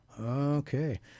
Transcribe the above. Okay